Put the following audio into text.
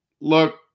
look